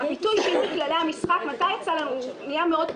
--- של כללי המשחק נהיה מאוד פופולרי.